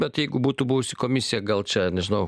bet jeigu būtų buvusi komisija gal čia nežinau